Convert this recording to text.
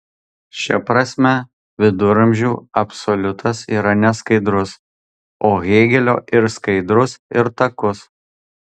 šia prasme viduramžių absoliutas yra neskaidrus o hėgelio ir skaidrus ir takus